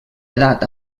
edat